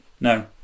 No